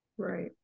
Right